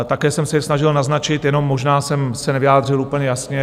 Také jsem se je snažil naznačit, jenom možná jsem se nevyjádřil úplně jasně.